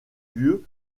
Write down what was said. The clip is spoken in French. lieu